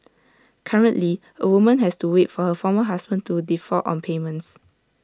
currently A woman has to wait for her former husband to default on payments